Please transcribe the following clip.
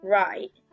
right